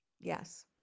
Yes